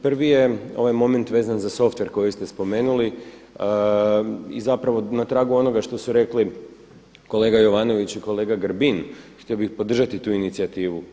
Prvi je ovaj moment vezan za softver koji ste spomenuli i zapravo na tragu onoga što su rekli kolega Jovanović i kolega Grbin, htio bih podržati tu inicijativu.